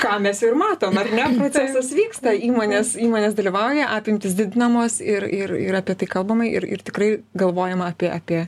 ką mes ir matom ar ne procesas vyksta įmonės įmonės dalyvauja apimtys didinamos ir ir ir apie tai kalbama ir ir tikrai galvojama apie apie